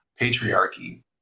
patriarchy